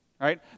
right